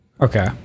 Okay